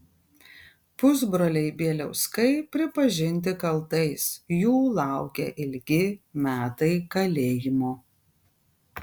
pusbroliai bieliauskai pripažinti kaltais jų laukia ilgi metai kalėjimo